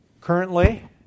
currently